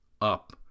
up